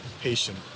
patient